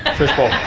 and fish bowl.